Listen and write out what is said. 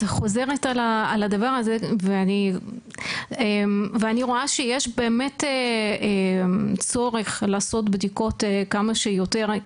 את חוזרת על הדבר הזה ואני רואה שיש באמת צורך לעשות בדיקות כמה שיותר,